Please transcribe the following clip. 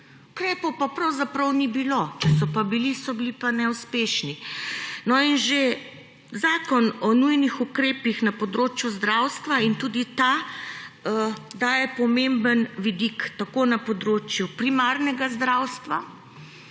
Ukrepov pa pravzaprav ni bilo. Če so pa bili, so bili pa neuspešni. Zakon o nujnih ukrepih na področju zdravstva in tudi ta daje pomemben vidik tako na področju primarnega zdravstva